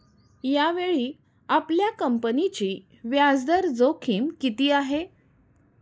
यावेळी आपल्या कंपनीची व्याजदर जोखीम किती आहे?